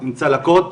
עם צלקות